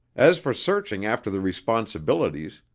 as for searching after the responsibilities,